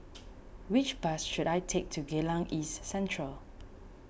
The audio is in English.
which bus should I take to Geylang East Central